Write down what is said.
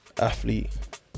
athlete